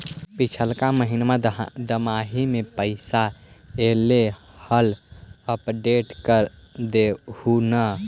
पिछला का महिना दमाहि में पैसा ऐले हाल अपडेट कर देहुन?